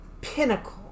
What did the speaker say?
pinnacle